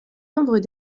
membres